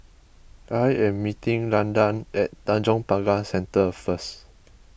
I am meeting Landan at Tanjong Pagar Centre first